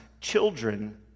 children